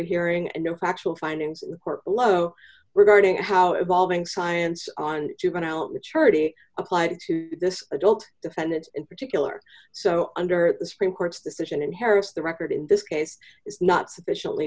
hearing and no factual findings in the court low regarding how evolving science on juvenile maturity applied to this adult defendant in particular so under the supreme court's decision in harris the record in this case is not sufficiently